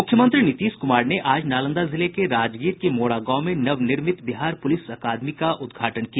मुख्यमंत्री नीतीश कुमार ने आज नालंदा जिले के राजगीर के मोरा गांव में नवनिर्मित बिहार पूलिस अकादमी का उदघाटन किया